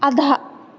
अधः